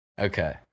Okay